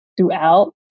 throughout